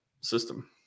system